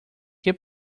que